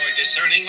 Discerning